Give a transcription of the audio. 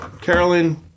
Carolyn